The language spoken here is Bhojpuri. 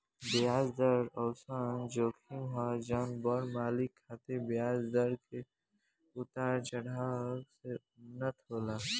ब्याज दर ओइसन जोखिम ह जवन बड़ मालिक खातिर ब्याज दर के उतार चढ़ाव से उत्पन्न होला